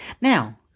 Now